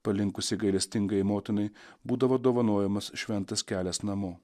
palinkusi gailestingai motinai būdavo dovanojamas šventas kelias namo